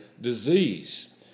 disease